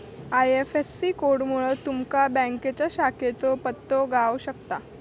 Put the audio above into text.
IFSC कोडमुळा तुमका बँकेच्या शाखेचो पत्तो गाव शकता